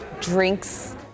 drinks